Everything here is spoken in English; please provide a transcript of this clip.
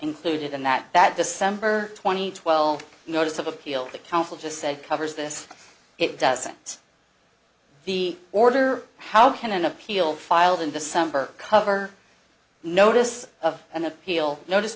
included in that that december twenty ninth of appeal the counsel just said covers this it doesn't the order how can an appeal filed in december cover notice of an appeal notice